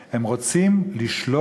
אני חושב שיש פה כוונה הרבה יותר עמוקה.